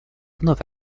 вновь